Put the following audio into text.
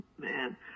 man